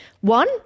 One